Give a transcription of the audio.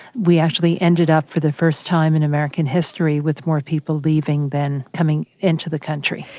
we actually ended up for the first time in american history with more people leaving than coming in to the country.